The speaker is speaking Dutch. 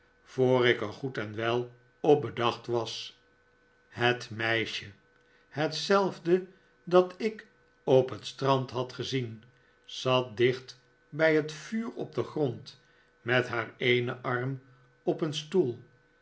voor ik er goed en wel op bedacht was het meisje hetzelfde dat ik op het strand had gezien zat dicht bij het vuur op den grond met haar eenen arm op een stoel